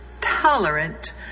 tolerant